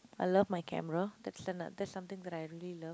I love my camera that's that's something that I really love